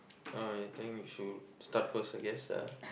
uh I think you should start first I guess ah